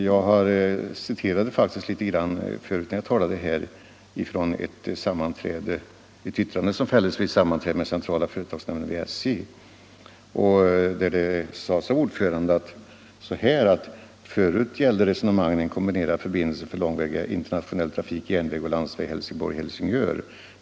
Jag citerade i ett tidigare inlägg ett yttrande av ordföranden i SJ:s centrala företagsnämnd vid ett sammanträde med nämnden, där denne sade följande: ”Förut gällde resonemangen en kom binerad förbindelse för långväga internationell trafik järnväg och landsväg Nr 73 Helsingborg-Helsingör.